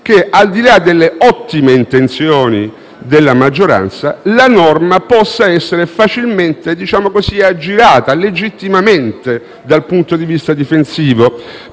che, al di là delle ottime intenzioni della maggioranza, la norma possa essere facilmente aggirata, legittimamente dal punto di vista difensivo.